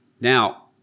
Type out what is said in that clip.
Now